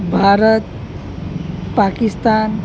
Bharat Pakistan